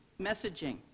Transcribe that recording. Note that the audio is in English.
messaging